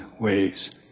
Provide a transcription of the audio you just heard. ways